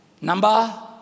Number